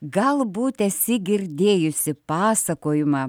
galbūt esi girdėjusi pasakojimą